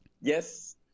Yes